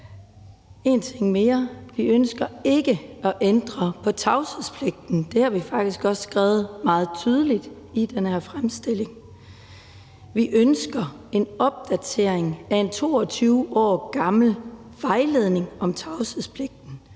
en ting mere: Vi ønsker ikke at ændre på tavshedspligten. Det har vi faktisk også skrevet meget tydeligt i den her fremstilling. Vi ønsker en opdatering af en 22 år gammel vejledning om tavshedspligten,